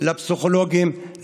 לפסיכולוגים,